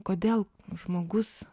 kodėl žmogus